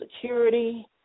Security